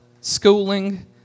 schooling